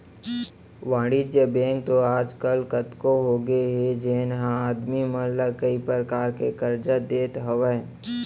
वाणिज्य बेंक तो आज काल कतको होगे हे जेन ह आदमी मन ला कई परकार के करजा देत हावय